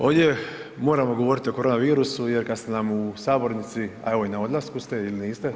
Ovdje moramo govoriti o koronavirusu jer kad ste nam u sabornici, a evo i na odlasku ste, ili niste?